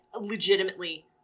legitimately